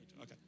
Okay